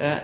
elever,